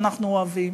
שאנחנו אוהבים.